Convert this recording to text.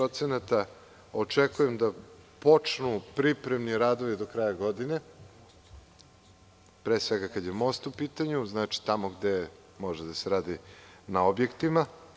Očekujem da počnu pripremni radovi do kraja godine, pre svega, kada je most u pitanju, znači, tamo gde može da se radi na objektima.